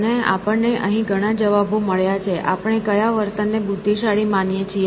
અને આપણને અહીં ઘણા જવાબો મળ્યા છે આપણે કયા વર્તનને બુદ્ધિશાળી માનીએ છીએ